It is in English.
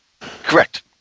Correct